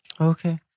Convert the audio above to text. Okay